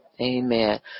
Amen